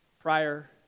prior